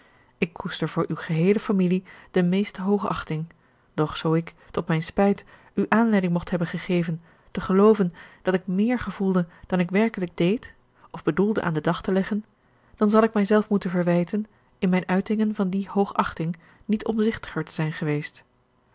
ik koester voor uwe geheele familie de meeste hoogachting doch zoo ik tot mijn spijt u aanleiding mocht hebben gegeven te gelooven dat ik méér gevoelde dan ik werkelijk deed of bedoelde aan den dag te leggen dan zal ik mijzelf moeten verwijten in mijne uitingen van die hoogachting niet omzichtiger te zijn geweest